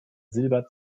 silber